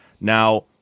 Now